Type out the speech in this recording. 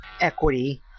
equity